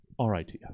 RITF